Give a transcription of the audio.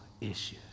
issues